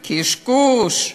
קשקוש.